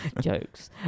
Jokes